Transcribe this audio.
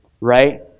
right